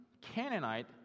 Canaanite